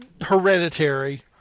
hereditary